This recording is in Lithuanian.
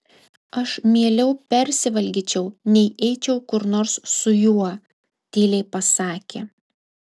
aš mieliau persivalgyčiau nei eičiau kur nors su juo tyliai pasakė